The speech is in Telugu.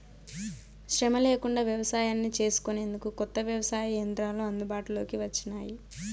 శ్రమ లేకుండా వ్యవసాయాన్ని చేసుకొనేందుకు కొత్త వ్యవసాయ యంత్రాలు అందుబాటులోకి వచ్చినాయి